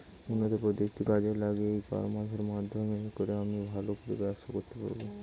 উন্নত প্রযুক্তি কাজে লাগিয়ে ই কমার্সের মাধ্যমে কি করে আমি ভালো করে ব্যবসা করতে পারব?